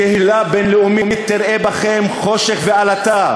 הקהילה הבין-לאומית תראה בכם חושך ועלטה.